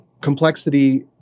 complexity